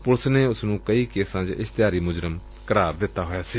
police ਨੇ ਉਸ ਨੂੰ ਕਈ ਕੇਸਾਂ ਚ ਇਸ਼ਤਿਹਾਰੀ ਮੁਜਰਮ ਕਰਾਰ ਦਿੱਤਾ ਹੋਇਆ ਸੀ